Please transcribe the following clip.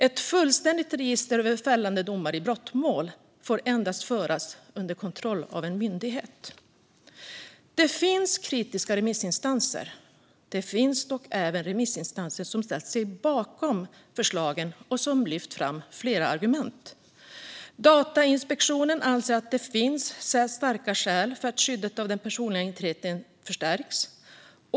Ett fullständigt register över fällande domar i brottmål får endast föras under kontroll av en myndighet. Det finns kritiska remissinstanser. Det finns dock även remissinstanser som har ställt sig bakom förslagen och som har lyft fram flera argument. Datainspektionen anser att det finns starka skäl för att skyddet av den personliga integriteten ska förstärkas.